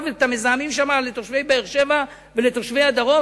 מזהמים לתושבי באר-שבע ולתושבי הדרום,